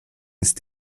ist